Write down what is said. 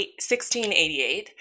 1688